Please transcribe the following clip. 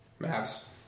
Mavs